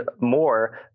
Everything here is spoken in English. more